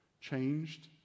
changed